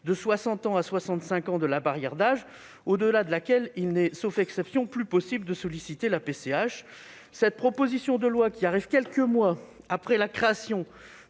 de 60 ans à 65 ans de la barrière d'âge au-delà de laquelle il n'est, sauf exception, plus possible de solliciter la PCH. Cette proposition de loi arrivant quelques mois après la création